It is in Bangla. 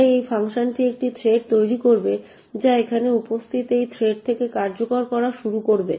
তাই এই ফাংশনটি একটি থ্রেড তৈরি করবে যা এখানে উপস্থিত এই থ্রেড থেকে কার্যকর করা শুরু করবে